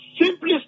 simply